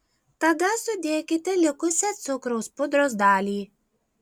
tada sudėkite likusią cukraus pudros dalį